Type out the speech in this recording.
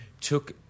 took